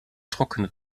trockene